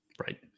Right